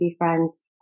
befriends